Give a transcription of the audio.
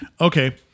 okay